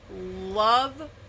love